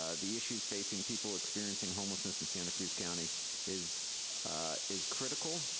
ah the issues facing people experiencing homelessness in santa cruz county is is critical,